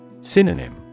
Synonym